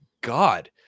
god